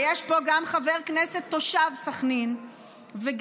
יש פה גם חבר כנסת שהוא תושב סח'נין וגם